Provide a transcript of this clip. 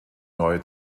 neue